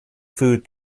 food